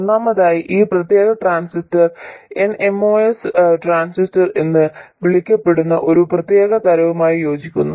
ഒന്നാമതായി ഈ പ്രത്യേക ട്രാൻസിസ്റ്റർ nMOS ട്രാൻസിസ്റ്റർ എന്ന് വിളിക്കപ്പെടുന്ന ഒരു പ്രത്യേക തരവുമായി യോജിക്കുന്നു